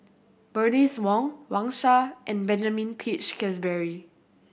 Bernice Wong Wang Sha and Benjamin Peach Keasberry